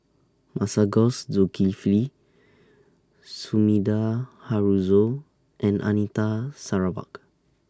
Masagos Zulkifli Sumida Haruzo and Anita Sarawak